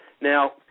Now